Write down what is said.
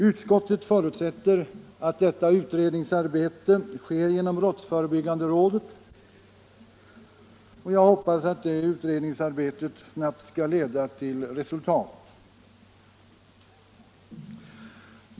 Utskottet förutsätter att detta utredningsarbete sker genom brottsförebyggande rådet, och jag hoppas att dess utredningsarbete snabbt skall leda till resultat.